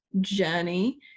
journey